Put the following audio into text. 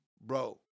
bro